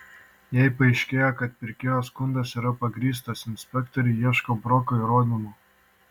jei paaiškėja kad pirkėjo skundas yra pagrįstas inspektoriai ieško broko įrodymų